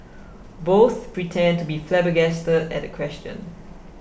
both pretend to be flabbergasted at the question